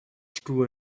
true